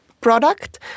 product